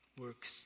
works